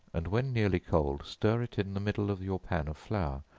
and when nearly cold, stir it in the middle of your pan of flour,